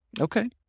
Okay